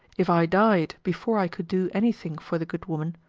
if i died before i could do any thing for the good woman,